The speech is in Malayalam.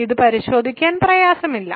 ഇത് പരിശോധിക്കാൻ പ്രയാസമില്ല